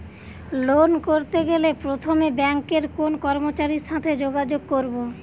Loan করতে গেলে প্রথমে ব্যাঙ্কের কোন কর্মচারীর সাথে যোগাযোগ করব?